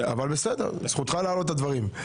אבל בסדר, זכותך להעלות את הדברים.